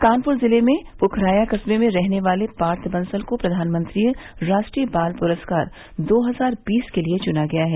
कानपुर ज़िले में पुखरायां कस्बे के रहने वाले पार्थ बंसल को प्रधानमंत्री राष्ट्रीय बाल पुरस्कार दो हज़ार बीस के लिए चुना गया है